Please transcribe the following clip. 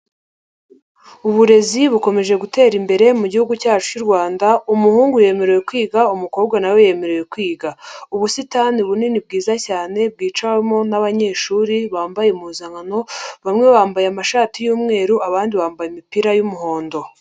Uburezi bukomeje gutera imbere mu gihugu cyacu cy'u Rwanda umuhungu yemerewe kwiga umukobwa nawe yemerewe kwiga, ubusitani bunini bwiza cyane bwicamo n'abanyeshuri bambaye impuzankano bamwe bambaye amashati y'umweru abandi bambaye imipira y'umuhondo.